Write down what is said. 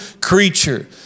creature